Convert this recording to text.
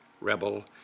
rebel